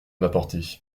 m’apporter